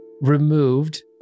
removed